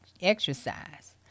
exercise